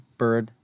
bird